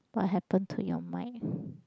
what happen to your mic